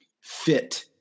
fit